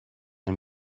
and